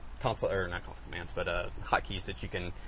console not console commands, but ah hotkeys that you can,